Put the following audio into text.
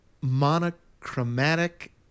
monochromatic